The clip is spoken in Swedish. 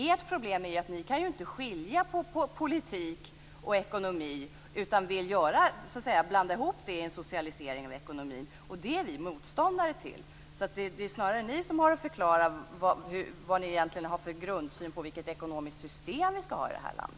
Ert problem är att ni inte kan skilja på politik och ekonomi utan vill blanda ihop dessa i en socialisering av ekonomin. Det är vi motståndare till. Det är snarare ni som skall förklara vilken grundsyn ni har när det gäller vilket ekonomiskt system vi skall ha i detta land.